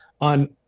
on